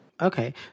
Okay